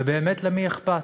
ובאמת, למי אכפת?